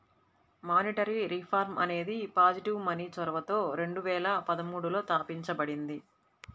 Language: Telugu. మానిటరీ రిఫార్మ్ అనేది పాజిటివ్ మనీ చొరవతో రెండు వేల పదమూడులో తాపించబడింది